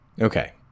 okay